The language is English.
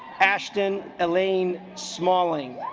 ashton elaine smalling